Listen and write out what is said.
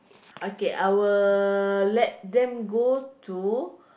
okay I'll let them go to